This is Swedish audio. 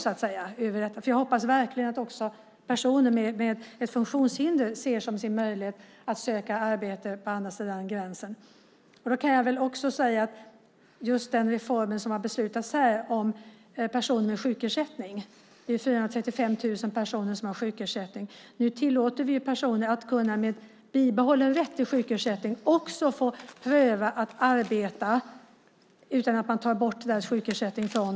Jag hoppas verkligen att också personer med funktionshinder ser som sin möjlighet att söka arbete på andra sidan gränsen. Just i och med den reform som har beslutats om här om personer med sjukersättning - det är 435 000 personer som har sjukersättning - tillåter vi personer att med bibehållen rätt till sjukersättning också få pröva att arbeta utan att man tar bort deras sjukersättning.